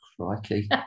crikey